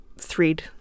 thread